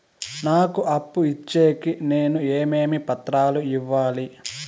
నాకు అప్పు ఇచ్చేకి నేను ఏమేమి పత్రాలు ఇవ్వాలి